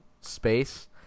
space